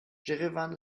jerewan